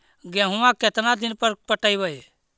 गेहूं केतना दिन पर पटइबै?